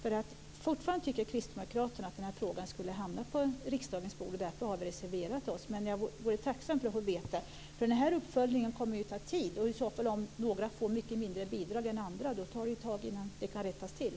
Kristdemokraterna tycker fortfarande att den här frågan borde hamnat på riksdagens bord, och därför har vi reserverat oss. Jag vore tacksam att få veta hur det är. Den här uppföljningen kommer att ta tid. Om några får mycket mindre bidrag än andra tar det ett tag innan det kan rättas till.